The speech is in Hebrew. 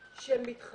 קודם כל,